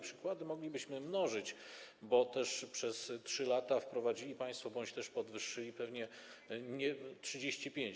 Przykłady moglibyśmy mnożyć, bo przez 3 lata wprowadziliście państwo bądź też podwyższyliście pewnie nie 35.